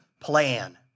plan